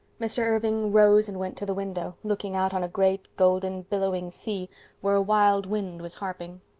mr. irving rose and went to the window, looking out on a great, golden, billowing sea where a wild wind was harping.